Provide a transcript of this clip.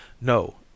No